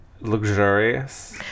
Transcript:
luxurious